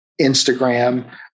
Instagram